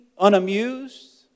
unamused